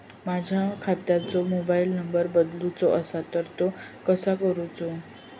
माझ्या खात्याचो mobile number बदलुचो असलो तर तो कसो करूचो?